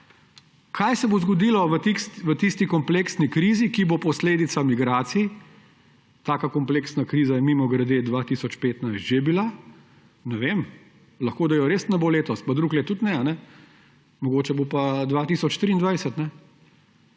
kaj se bo zgodilo v tisti kompleksni krizi, ki bo posledica migracij – mimogrede, taka kompleksna kriza je 2015 že bila. Ne vem, lahko da je res ne bo letos pa drugo leto tudi ne, mogoče bo pa 2023.